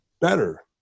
better